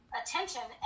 attention